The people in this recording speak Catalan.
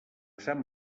sant